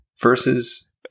versus